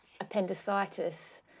appendicitis